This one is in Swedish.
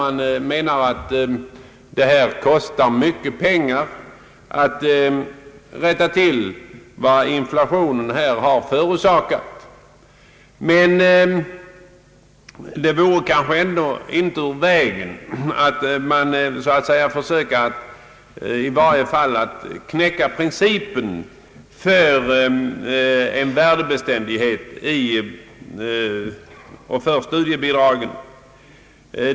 Man menar att det kostar mycket pengar att rätta till vad inflationen här har förorsakat. Det vore kanske ändå inte ur vägen att man försökte att i varje fall knäcka principen för en värdebeständighet när det gäller studiebidraget.